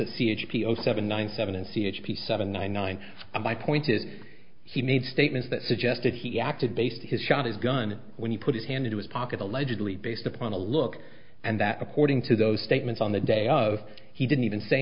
zero seven nine seven c h p seven nine nine by pointed he made statements that suggested he acted based his shot his gun when he put his hand into his pocket allegedly based upon a look and that according to those statements on the day of he didn't even say